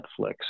Netflix